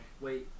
Wait